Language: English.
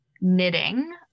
knitting